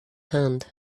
hand